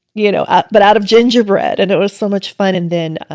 you know ah but out of gingerbread. and it was so much fun. and then ah